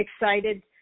excited